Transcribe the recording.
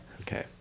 Okay